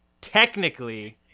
Technically